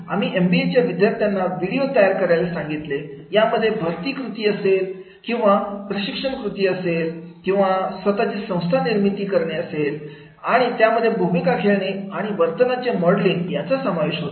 आम्ही एमबीएच्या विद्यार्थ्यांना व्हिडिओ तयार करायला सांगितले यामध्ये भरती कृती असेल किंवा प्रशिक्षण कृती असेल किंवा स्वतःची संस्था निर्मिती असेल आणि त्यामध्ये भूमिका खेळणे आणि वर्तनाचे मॉडलिंग यांचा समावेश होता